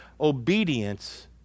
obedience